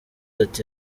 ati